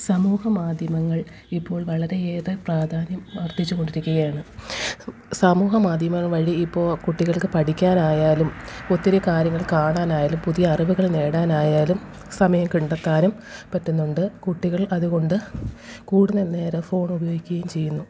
സമൂഹമാധ്യമങ്ങൾ ഇപ്പോൾ വളരെ ഏറെ പ്രാധാന്യം വർദ്ധിച്ചുകൊണ്ടിരിക്കുകയാണ് സമൂഹമാധ്യമങ്ങള് വഴി ഇപ്പോൾ കുട്ടികൾക്ക് പഠിക്കാനായാലും ഒത്തിരി കാര്യങ്ങൾ കാണാനായാലും പുതിയ അറിവുകൾ നേടാനായാലും സമയം കണ്ടെത്താനും പറ്റുന്നുണ്ട് കുട്ടികൾ അതുകൊണ്ട് കൂടുതൽ നേരം ഫോണ് ഉപയോഗിക്കുകയും ചെയ്യുന്നു